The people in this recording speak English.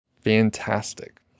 Fantastic